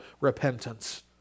repentance